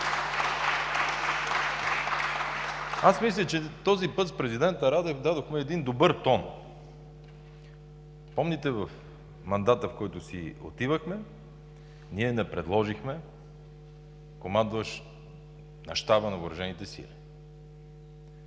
Мисля, че този път с президента Радев дадохме един добър тон. Помните, в мандата, в който си отивахме, ние не предложихме командващ Щаба на